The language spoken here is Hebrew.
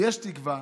יש תקווה.